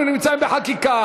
אנחנו נמצאים בחקיקה.